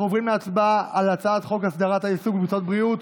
אנחנו עוברים להצבעה על הצעת חוק הסדרת העיסוק במקצועות הבריאות